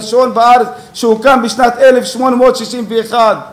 שהוקם בשנת 1861,